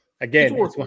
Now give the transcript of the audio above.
again